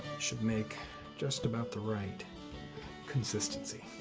should make just about the right consistency.